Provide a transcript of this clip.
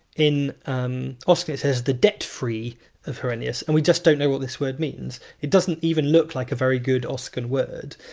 in um oscan it says! the debt-free of horennius. and we just don't know what this word means. it doesn't even look like a very good oscan word.